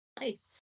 Nice